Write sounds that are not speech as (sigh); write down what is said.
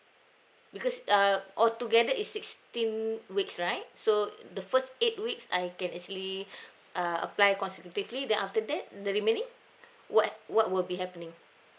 because uh altogether is sixteen weeks right so the first eight weeks I can actually (breath) uh apply consecutively then after that the remaining what what will be happening